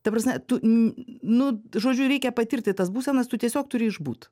ta prasme tu n nu žodžiu reikia patirti tas būsenas tu tiesiog turi išbūt